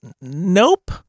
Nope